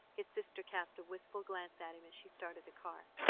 his sister cast a wistful glance at him as she started the car.